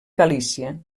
galícia